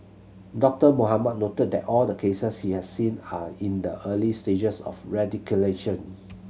Doctor Mohamed noted that all the cases he has seen are in the early stages of radicalisation